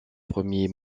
premiers